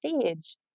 stage